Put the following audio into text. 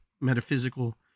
metaphysical